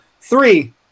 three